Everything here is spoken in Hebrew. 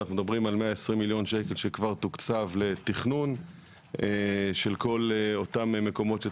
אנחנו מדברים על כ-120 מיליון ₪ שכבר תוקצבו לתכנון של כל אותם המקומות.